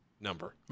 number